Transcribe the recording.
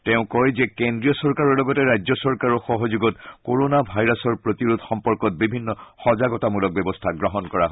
তেওঁ কয় যে কেন্দ্ৰীয় চৰকাৰৰ লগতে ৰাজ্য চৰকাৰৰ সহযোগত কোৰোণা ভাইৰাছৰ প্ৰতিৰোধ সম্পৰ্কত বিভিন্ন সজাগতামূলক ব্যৱস্থা গ্ৰহণ কৰা হৈছে